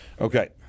Okay